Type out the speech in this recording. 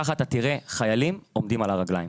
כך אתה תראה חיילים עומדים על הרגליים.